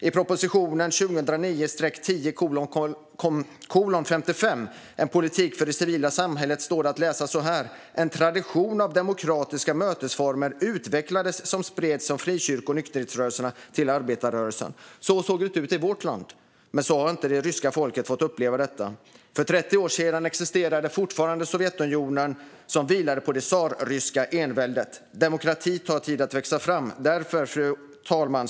I propositionen 2009/10:55 En politik för det civila samhället står det så här: "En tradition av demokratiska mötesformer utvecklades, som spreds från frikyrko och nykterhetsrörelserna till arbetarrörelsen." Så såg det ut i vårt land, men det ryska folket har inte fått uppleva detta. För 30 år sedan existerade fortfarande Sovjetunionen, som vilade på det tsarryska enväldet. Demokrati tar tid att växa fram. Fru talman!